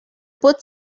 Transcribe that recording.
put